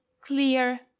clear